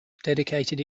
dedicated